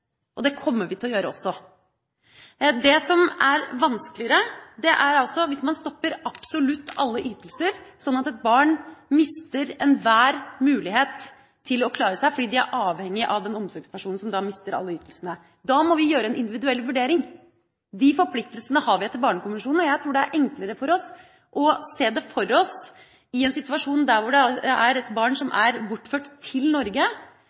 og det kommer vi til å gjøre også. Det som er vanskeligere, er hvis man stopper absolutt alle ytelser, sånn at et barn mister enhver mulighet til å klare seg, fordi de er avhengig av den omsorgspersonen som da mister alle ytelsene. Da må vi gjøre en individuell vurdering. De forpliktelsene har vi etter Barnekonvensjonen. Jeg tror det er enklere å se det for oss i en situasjon der det er et barn som er bortført til Norge,